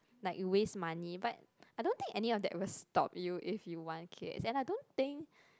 like waste money but I don't think any of that will stop you if you want kids and I don't think